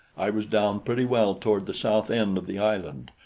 i was down pretty well toward the south end of the island,